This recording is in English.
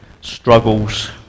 struggles